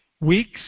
weeks